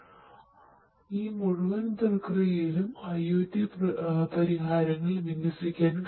അടിസ്ഥാനപരമായി ഈ മുഴുവൻ പ്രക്രിയയിലും IOT പരിഹാരങ്ങൾ വിന്യസിക്കാൻ കഴിയും